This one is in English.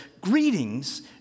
Greetings